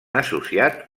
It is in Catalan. associat